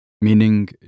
Meaning